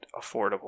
affordable